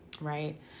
right